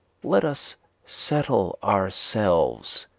let us settle ourselves,